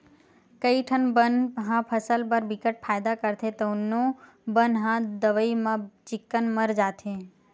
कइठन बन ह फसल बर बिकट फायदा करथे तउनो बन ह दवई म चिक्कन मर जाथे